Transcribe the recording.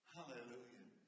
Hallelujah